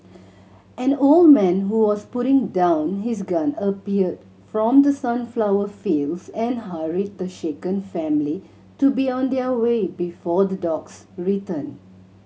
an old man who was putting down his gun appeared from the sunflower fields and hurried the shaken family to be on their way before the dogs return